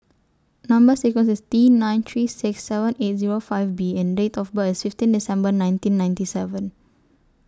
Number sequence IS T nine three six seven eight Zero five B and Date of birth IS fifteen December nineteen ninety seven